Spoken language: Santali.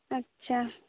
ᱟᱪᱪᱷᱟ